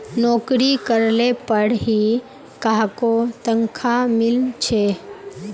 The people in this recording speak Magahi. नोकरी करले पर ही काहको तनखा मिले छे